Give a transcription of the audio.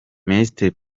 minisitiri